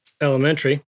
elementary